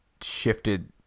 shifted